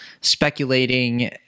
speculating